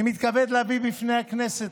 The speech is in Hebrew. אני מתכבד להביא בפני הכנסת,